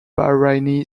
bahraini